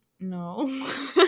No